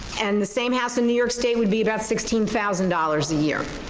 and the same house in new york state would be about sixteen thousand dollars a year?